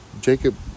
Jacob